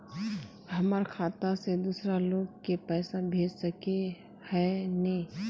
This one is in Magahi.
हमर खाता से दूसरा लोग के पैसा भेज सके है ने?